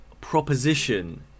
proposition